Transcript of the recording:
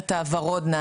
"המס הוורוד"